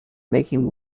making